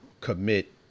commit